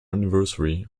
anniversary